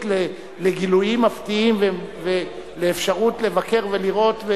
לגילויים מפתיעים ולאפשרות לבקר ולראות.